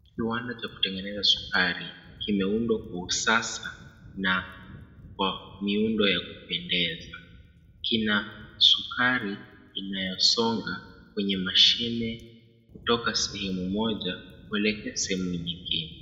Kiwanda cha kutengeneza sukari, kimeundwa kwa usasa na kwa miundo ya kupendeza. Kina sukari inayosonga kwenye mashine, kutoka sehemu moja kuelekea sehemu nyingine.